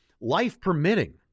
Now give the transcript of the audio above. life-permitting